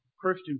Christian